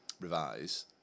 revise